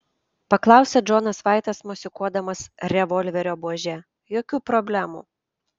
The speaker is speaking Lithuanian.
paklausė džonas vaitas mosikuodamas revolverio buože jokių problemų